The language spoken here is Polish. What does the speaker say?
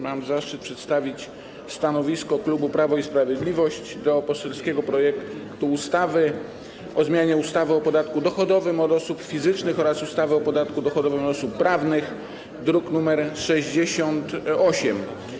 Mam zaszczyt przedstawić stanowisko klubu Prawo i Sprawiedliwość w sprawie poselskiego projektu ustawy o zmianie ustawy o podatku dochodowym od osób fizycznych oraz ustawy o podatku dochodowym od osób prawnych, druk nr 68.